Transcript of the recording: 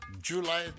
July